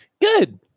Good